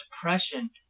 depression